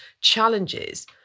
challenges